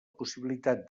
possibilitat